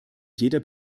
jeder